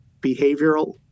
behavioral